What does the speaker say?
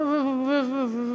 ובובובובו,